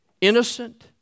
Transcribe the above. innocent